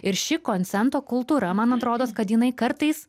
ir ši konsento kultūra man atrodos kad jinai kartais